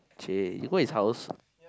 !chey! you go his house